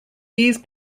these